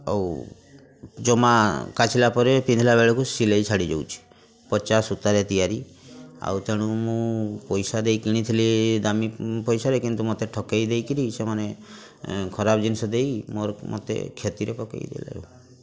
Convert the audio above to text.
ଆଉ ଜମା କାଚିଲା ପରେ ପିନ୍ଧିବାବେଳକୁ ସିଲେଇ ଛାଡ଼ିଯାଉଛି ପଚା ସୂତାରେ ତିଆରି ଆଉ ତେଣୁ ମୁଁ ପଇସା ଦେଇ କିଣିଥିଲି ଦାମୀ ପଇସାରେ ଠକି ଦେଇକି ସେମାନେ ଖରାପ ଜିନିଷ ଦେଇ ମୋର ମୋତେ କ୍ଷତିରେ ପକେଇଦେଲେ